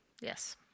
yes